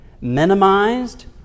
minimized